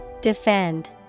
Defend